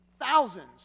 thousands